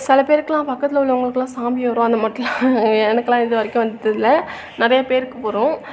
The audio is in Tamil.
சில பேருக்குலாம் பக்கத்தில் உள்ளவங்களுக்குலாம் சாமி வரும் அந்த மாட்டலாம் எனக்கெலாம் இது வரைக்கும் வந்ததில்லை நிறைய பேருக்கு வரும்